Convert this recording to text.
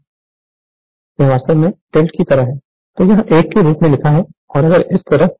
यह वास्तव में टिल्ड की तरह है तो यह एक के रूप में लिखा है और अगर यह इस तरह है